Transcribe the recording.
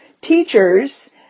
teachers